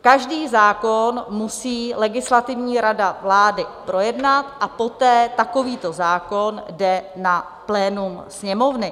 Každý zákon musí legislativní rada vlády projednat a poté takovýto zákon jde na plénum Sněmovny.